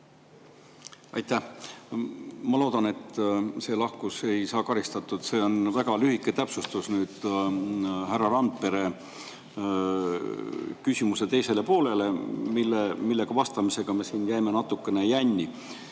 Aitäh! Ma loodan, et see lahkus ei saa karistatud. See on väga lühike täpsustus härra Randperele minu küsimuse teise poole kohta, millele vastamisega ta jäi natukene jänni.